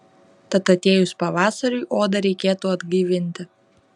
tad atėjus pavasariui odą reikėtų atgaivinti